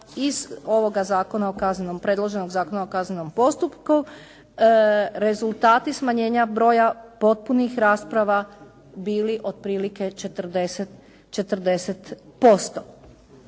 iz ovoga zakona, predloženog Zakona o kaznenom postupku rezultati smanjenja broja potpunih rasprava bili otprilike 40%.